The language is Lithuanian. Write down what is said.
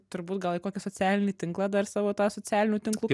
turbūt gal į kokį socialinį tinklą dar savo tą socialinių tinklų